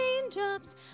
raindrops